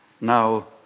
now